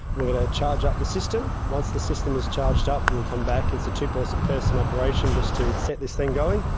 we're going to charge up the system. once the system is charged up we'll come back, it's a two-person two-person operation just to set this thing going.